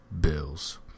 bills